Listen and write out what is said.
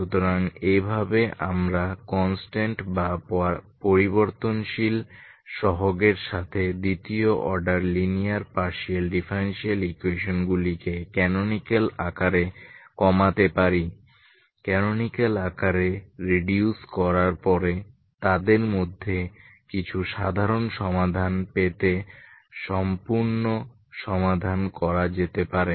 সুতরাং এভাবে আমরা কনস্ট্যান্ট বা পরিবর্তনশীল সহগের সাথে দ্বিতীয় অর্ডার লিনিয়ার পার্শিয়াল ডিফারেনশিএল ইকুয়েশনগুলিকে ক্যানোনিকাল আকারে কমাতে পারি ক্যানোনিকাল আকারে রিডিউস করার পরে তাদের মধ্যে কিছু সাধারণ সমাধান পেতে সম্পূর্ণ সমাধান করা যেতে পারে